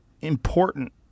important